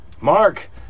mark